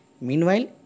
Meanwhile